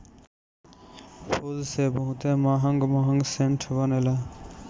फूल से बहुते महंग महंग सेंट बनेला